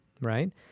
right